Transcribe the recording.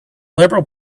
liberal